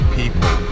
people